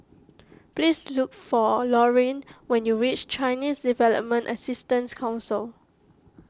please look for Lorean when you reach Chinese Development Assistance Council